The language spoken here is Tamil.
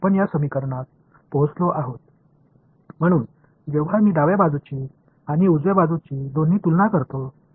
எனவே இந்த ஒன்றுமில்லை ஆனால் ஊடகத்திற்கு மேலே அல்லது அதற்குக் கீழே உள்ள மின்சார புலத்தின் தொடு பகுதி மற்றும் ஊடக சரிவுக்கு மேலே உள்ள மின்சார புலத்தின் தொடு பகுதி